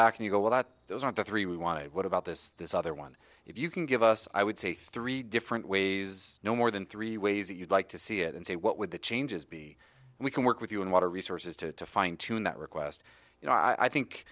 back and you go with that those are the three we wanted what about this this other one if you can give us i would say three different ways no more than three ways that you'd like to see it and say what would the changes be we can work with you on water resources to fine tune that request you know i think